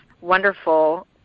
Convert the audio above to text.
wonderful